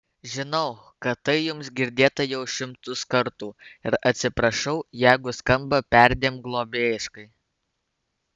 žinau kad tai jums girdėta jau šimtus kartų ir atsiprašau jeigu skamba perdėm globėjiškai